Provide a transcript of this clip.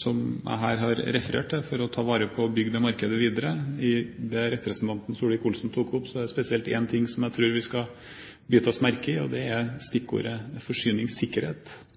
som jeg her har referert til, for å ta vare på og bygge det markedet videre. I det representanten Solvik-Olsen tok opp, er det spesielt én ting som jeg tror vi skal bite oss merke i, og det er stikkordet «forsyningssikkerhet». Jeg tror at forsyningssikkerhet